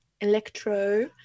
electro